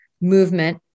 movement